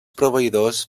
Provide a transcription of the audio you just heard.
proveïdors